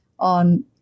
on